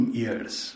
years